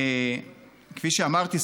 כפי שאמרתי,